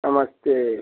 नमस्ते